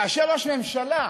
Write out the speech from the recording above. כאשר ראש הממשלה